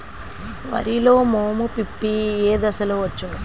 వరిలో మోము పిప్పి ఏ దశలో వచ్చును?